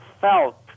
felt